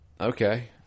Okay